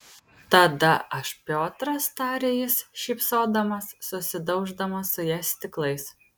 tada aš piotras tarė jis šypsodamas susidauždamas su ja stiklais